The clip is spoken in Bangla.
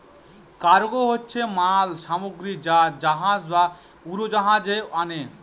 কার্গো হচ্ছে মাল সামগ্রী যা জাহাজ বা উড়োজাহাজে আনে